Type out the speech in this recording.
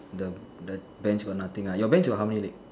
the the bench got nothing ah your bench got how many leg